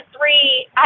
three